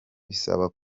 bisaba